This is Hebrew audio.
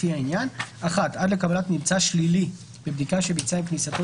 לפי העניין: (1) עד לקבלת ממצא שלילי בבדיקה שביצע עם כניסתו